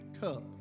cup